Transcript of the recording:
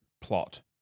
plot